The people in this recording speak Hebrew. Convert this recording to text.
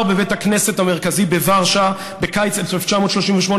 בבית הכנסת המרכזי בוורשה בקיץ 1938,